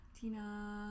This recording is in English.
tina